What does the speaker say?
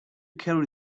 carry